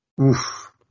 Oof